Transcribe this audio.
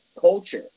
culture